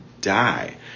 die